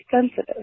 sensitive